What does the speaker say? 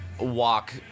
walk